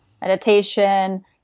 meditation